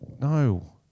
no